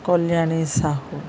Kalyani Sahu